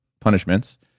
punishments